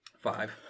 Five